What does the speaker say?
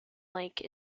lake